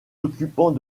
occupants